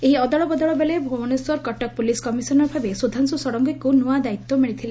ଏହି ଅଦଳବଦଳ ବେଳେ ଭୁବନେଶ୍ୱର କଟକ ପୁଲିସ୍ କମିଶନର ଭାବେ ସୁଧାଂଶୁ ଷଡ଼ଙ୍ଗୀଙ୍କୁ ନୂଆ ଦାୟିତ୍ୱ ମିଳିଥିଲା